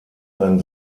ein